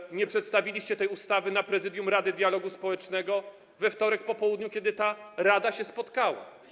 Czemu nie przedstawiliście tej ustawy na prezydium Rady Dialogu Społecznego we wtorek po południu, kiedy rada się spotkała?